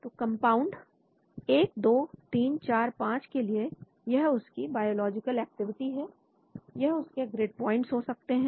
तो कंपाउंड 1 2 3 4 5 के लिए यह उसकी बायोलॉजिकल एक्टिविटी है यह उसके ग्रिड प्वाइंट हो सकते हैं